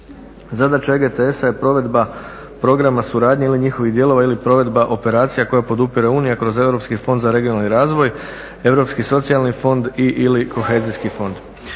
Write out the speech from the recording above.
Zadaća EGTS-a je provedba programa suradnje ili njihovih dijelova ili provedba operacija koje podupire unija kroz Europski fond za regionalni razvoj, Europski socijalni fond ili Kohezijski fond.